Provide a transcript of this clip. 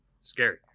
Scary